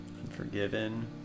Unforgiven